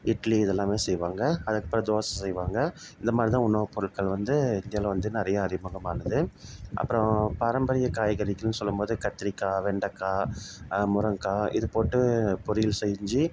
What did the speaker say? இட்லி இதெல்லாமே செய்வாங்க அதுக்கப்புறம் தோசை செய்வாங்க இந்த மாதிரி தான் உணவுப் பொருட்கள் வந்து இந்தியாவில் வந்து நிறைய அறிமுகம் ஆகுது அப்புறம் பரம்பரை காய்கறிகள்னு சொல்லும்போது கத்திரிக்காய் வெண்டக்காய் முருங்கக்காய் இது போட்டு பொரியல் செஞ்சு